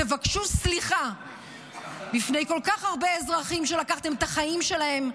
תבקשו סליחה בפני כל כך הרבה אזרחים שלקחתם את החיים שלהם,